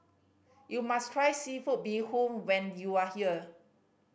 you must try seafood bee hoon when you are here